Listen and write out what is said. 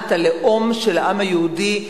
מדינת הלאום של העם היהודי,